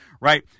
right